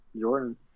Jordan